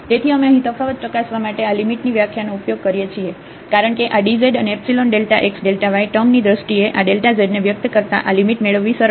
તેથી અમે અહીં તફાવત ચકાસવા માટે આ લિમિટની વ્યાખ્યાનો ઉપયોગ કરીએ છીએ કારણ કે આ dz અને એપ્સિલન ડેલ્ટા x ડેલ્ટાy ટૅમની દ્રષ્ટિએ આ ડેલ્ટા zને વ્યક્ત કરતાં આ લિમિટ મેળવવી સરળ છે